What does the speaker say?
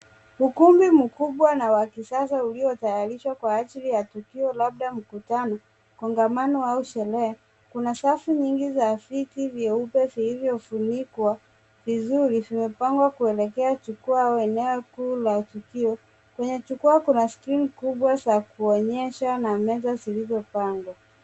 Ukumbi mkubwa na wa kisasa uliotayarishwa kwa ajili ya tukio labda mkutano, kongamano au sherehe. Kuna safu nyingi ya viti vyeupe vilivyofunikwa vizuri vimepangwa kuelekea jukwa au eneo kuu la tukio. Kwenye jukwaa kuna skrini kubwa za kuonyesha na meza zilizopangwa.